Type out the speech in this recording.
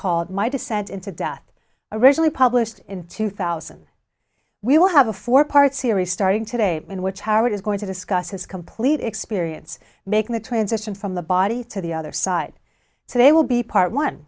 called my descent into death originally published in two thousand we will have a four part series starting today in which howard is going to discuss his complete experience making the transition from the body to the other side so they will be part one